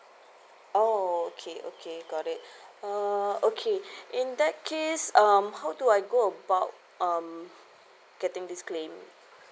okay okay okay got it uh okay in that case um how do I go about um getting this claim